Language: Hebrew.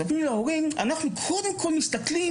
מספרים להורים שהם קודם כול מתסכלים